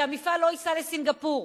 שהמפעל לא ייסע לסינגפור,